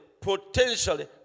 potentially